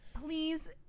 please